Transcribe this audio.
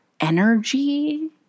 energy